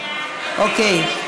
אוקיי.